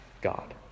God